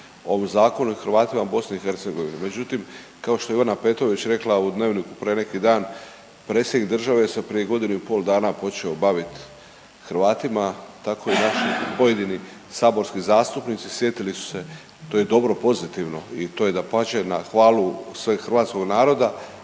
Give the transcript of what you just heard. ovom zakonu i Hrvatima u BiH, međutim kao što je Ivana Petrović rekla u „Dnevniku“ prije neki dan predsjednik države se prije godinu i pol dana počeo bavit Hrvatima, tako i naši pojedini saborski zastupnici sjetili su se, to je dobro i pozitivno i to je dapače na hvalu sveg hrvatskog naroda,